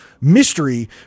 mystery